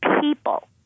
people